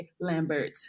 lambert